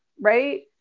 right